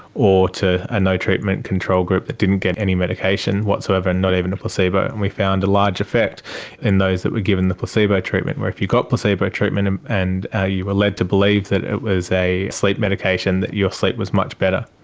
or to a no treatment control group that didn't get any medication whatsoever, not even a placebo. and we found a large effect in those that were given the placebo treatment, where if you got placebo treatment and and you were led to believe that it was a sleep medication, that your sleep was much better.